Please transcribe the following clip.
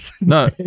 No